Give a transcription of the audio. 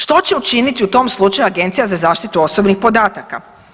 Što će učiniti u tom slučaju Agencija za zaštitu osobnih podataka?